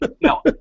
no